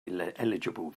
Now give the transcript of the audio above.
eligible